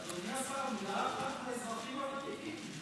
אדוני השר, מילה אחת על האזרחים הוותיקים.